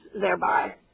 thereby